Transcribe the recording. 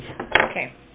Okay